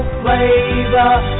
flavor